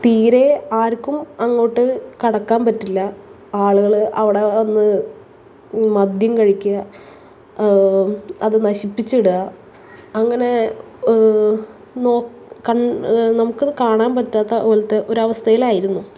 തീരെ ആര്ക്കും അങ്ങോട്ടു കടക്കാന് പറ്റില്ല ആളുകൾ അവിടെ വന്നു മദ്യം കഴിക്കുക അതു നശിപ്പിച്ച് ഇടുക അങ്ങനെ നോക്ക് കണ് നമുക്കതു കാണാന് പറ്റാത്ത പോലത്തെ ഒരവസ്ഥയിലായിരുന്നു